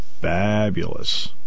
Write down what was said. Fabulous